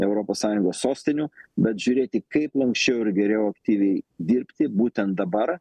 europos sąjungos sostinių bet žiūrėti kaip lanksčiau ir geriau aktyviai dirbti būtent dabar